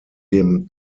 dem